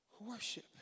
worship